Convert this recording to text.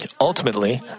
Ultimately